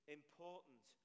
important